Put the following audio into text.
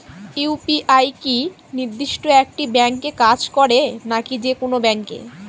UPI কি নির্দিষ্ট একটি ব্যাংকে কাজ করে নাকি যে কোনো ব্যাংকে?